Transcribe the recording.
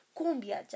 cumbia